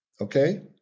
okay